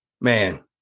Man